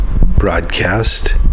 broadcast